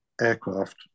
aircraft